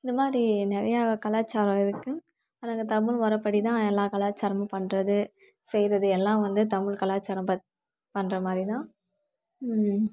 இது மாதிரி நிறையா கலாச்சாரம் இருக்குது ஆனால் நாங்கள் தமிழ் மொறைப்படிதான் எல்லா கலாச்சாரமும் பண்ணுறது செய்யுறது எல்லாம் வந்து தமிழ் கலாச்சாரம் ப பண்ணுற மாதிரிதான்